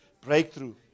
breakthrough